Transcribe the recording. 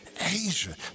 Asia